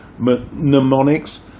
mnemonics